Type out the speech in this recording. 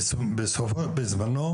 בזמנו